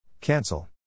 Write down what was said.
Cancel